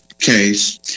case